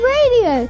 Radio